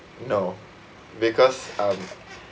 no because um